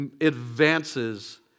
advances